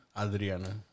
Adriana